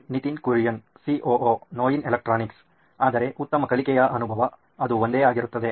Nitin Kurian COO ನೋಯಿನ್ electronics ಆದರೆ ಉತ್ತಮ ಕಲಿಕೆಯ ಅನುಭವ ಅದು ಒಂದೇ ಆಗಿರುತ್ತದೆ